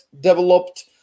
developed